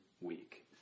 week